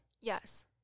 Yes